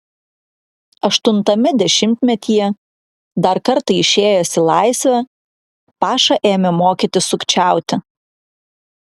aštuntame dešimtmetyje dar kartą išėjęs į laisvę paša ėmė mokytis sukčiauti